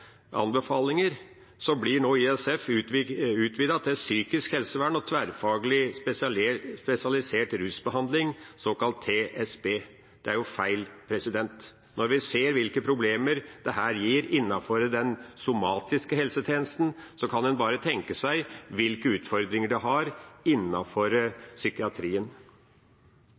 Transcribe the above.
anbefalinger – nå blir utvidet til psykisk helsevern og tverrfaglig spesialisert rusbehandling, såkalt TSB. Det er feil. Når vi ser hvilke problemer dette gir innenfor den somatiske helsetjenesten, kan en bare tenke seg hvilke utfordringer det gir innenfor psykiatrien.